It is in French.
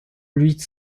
huit